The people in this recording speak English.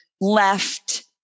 left